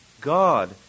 God